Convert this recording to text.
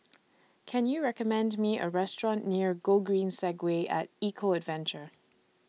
Can YOU recommend Me A Restaurant near Gogreen Segway At Eco Adventure